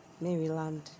Maryland